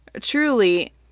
truly